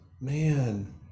man